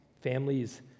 Families